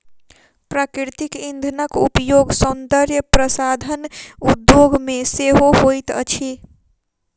प्राकृतिक इंधनक उपयोग सौंदर्य प्रसाधन उद्योग मे सेहो होइत अछि